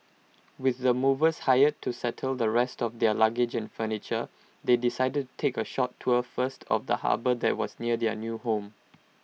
with the movers hired to settle the rest of their luggage and furniture they decided take A short tour first of the harbour that was near their new home